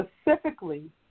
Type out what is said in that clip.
specifically